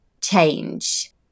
change